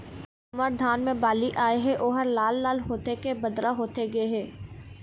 हमर धान मे बाली आए हे ओहर लाल लाल होथे के बदरा होथे गे हे?